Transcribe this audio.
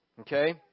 Okay